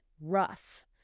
rough